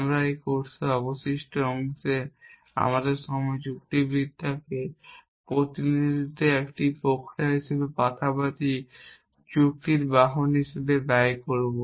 আমরা এই কোর্সের অবশিষ্ট অংশে আমাদের সময় যুক্তিবিদ্যাকে প্রতিনিধিত্বের একটি প্রক্রিয়া হিসাবে পাশাপাশি যুক্তির বাহন হিসাবে ব্যয় করব